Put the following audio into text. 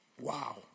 Wow